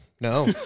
No